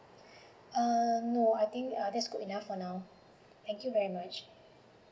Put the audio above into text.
uh no I think that's good enough for now thank you very much